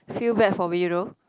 feel bad for me no